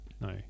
no